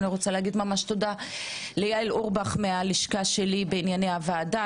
אני רוצה להגיד תודה ליעל אורבך מהלשכה שלי בענייני הוועדה,